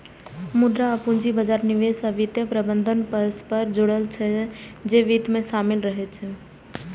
मुद्रा आ पूंजी बाजार, निवेश आ वित्तीय प्रबंधन परस्पर जुड़ल छै, जे वित्त मे शामिल रहै छै